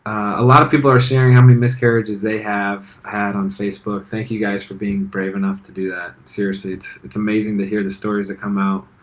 a lot of people are sharing how many miscarriages they have had on facebook. thank you guys for being brave enough to do that. seriously, it's it's amazing to hear the stories that come out.